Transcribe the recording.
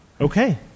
Okay